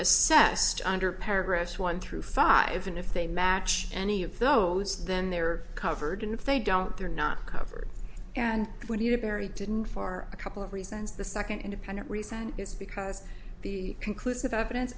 assessed under paragraphs one through five and if they match any of those then they're covered and if they don't they're not covered and when you bury didn't for a couple of reasons the second independent reason is because the conclusive evidence